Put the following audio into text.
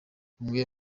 umwe